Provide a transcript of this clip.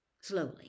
Slowly